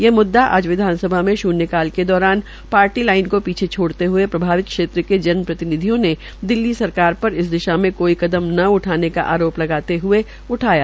ये म्द्दा आज विधानसभा में शून्यकाल के दौरान पार्टी लाइन को पीछे छोड़ते हुए प्रभावित क्षेत्र के जन प्रतिनिधियों ने दिल्ली सरकार पर इस दिशा में कोई कदम न उठाने का आरोप लगाते हए उठाया